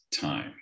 time